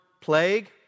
plague